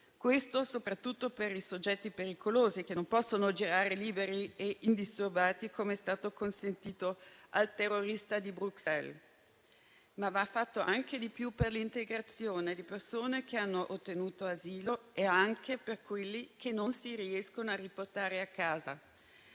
soprattutto dei soggetti pericolosi, che non possono girare liberi e indisturbati come è stato consentito al terrorista di Bruxelles. Ma va fatto anche di più per l'integrazione di persone che hanno ottenuto asilo e anche per quelli che non si riesce a riportare a casa.